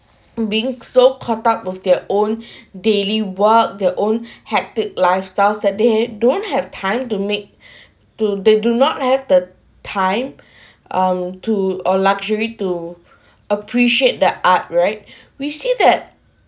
being so caught up with their own daily work their own hectic lifestyles that they ha~ don't have time to make to they do not have the time um to uh luxury to appreciate the art right we see that